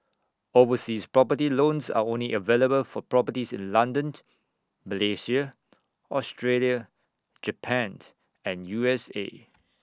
overseas property loans are only available for properties in London Malaysia Australia Japan and U S A